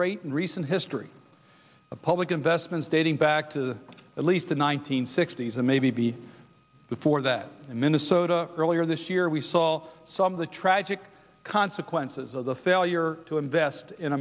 rate in recent history of public investments dating back to at least the one nine hundred sixty s and maybe before that in minnesota earlier this year we saw some of the tragic consequences of the failure to invest in